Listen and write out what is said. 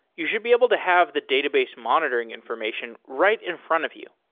you should be able to have the database monitoring information right in front of you.